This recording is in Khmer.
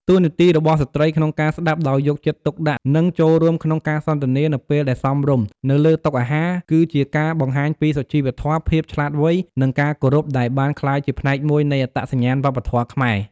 តួនាទីរបស់ស្ត្រីក្នុងការស្តាប់ដោយយកចិត្តទុកដាក់ និងចូលរួមក្នុងការសន្ទនា នៅពេលដែលសមរម្យ នៅលើតុអាហារ គឺជាការបង្ហាញពី សុជីវធម៌ ភាពឆ្លាតវៃ និងការគោរព ដែលបានក្លាយជាផ្នែកមួយនៃអត្តសញ្ញាណវប្បធម៌ខ្មែរ។